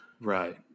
Right